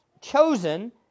chosen